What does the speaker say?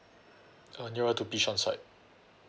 uh nearer to bishan side